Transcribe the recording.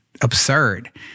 absurd